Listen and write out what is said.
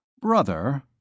Brother